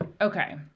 Okay